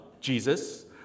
Jesus